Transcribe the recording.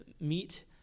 meet